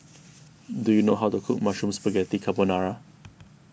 do you know how to cook Mushroom Spaghetti Carbonara